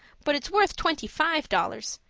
but it's worth twenty-five dollars.